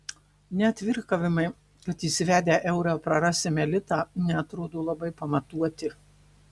net virkavimai kad įsivedę eurą prarasime litą neatrodo labai pamatuoti